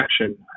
action